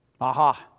Aha